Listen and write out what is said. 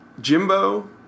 Jimbo